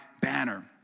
banner